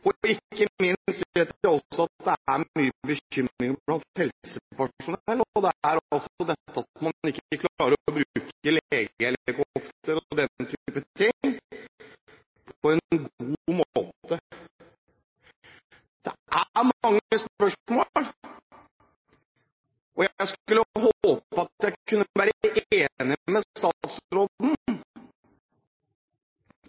bruk. Ikke minst vet vi også at det er mye bekymring blant helsepersonell for at man ikke vil klare å bruke legehelikopter osv. på en god måte. Det er mange spørsmål. Jeg skulle ønske at jeg kunne være enig med